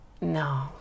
No